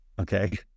okay